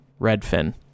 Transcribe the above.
redfin